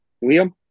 William